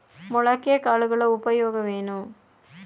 ಮೊಳಕೆ ಕಾಳುಗಳ ಉಪಯೋಗವೇನು?